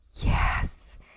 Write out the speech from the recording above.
yes